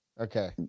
Okay